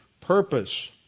purpose